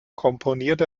komponierte